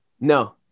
No